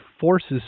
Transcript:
forces